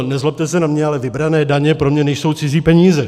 Nezlobte se na mě, ale vybrané daně pro mě nejsou cizí peníze.